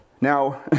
Now